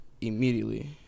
immediately